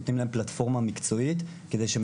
נותנים להם פלטפורמה מקצועית כדי שהם